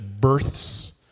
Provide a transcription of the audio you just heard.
births